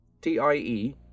TIE